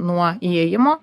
nuo įėjimo